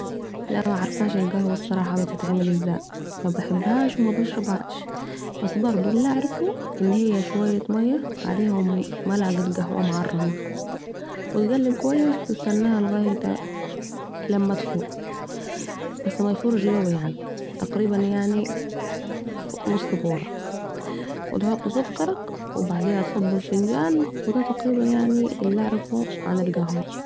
لأ معرفاش القهوه الصراحه بتتعمل ازاي...مبحبهاش و مبشربها، بس بردوا الي اعرفه ان هي شوية ميه عليهم ملعقه قهوه معرمه وتقلب كويس وتستناه لغاية لما يفور بس ميفورش قوي يعني تقريبا نص فوره و تحط سكرك وبعديها تصب في فنجان... ودا تقريباً يعني الي اعرفه عن القهوة